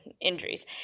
injuries